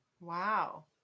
Wow